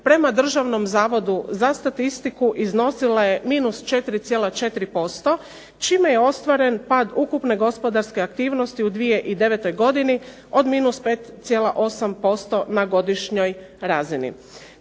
prema Državnom zavodu za statistiku iznosila je minus 4,4% čime je ostvaren pad ukupne gospodarske aktivnosti u 2009. godini od minus 5,8% na godišnjoj razini.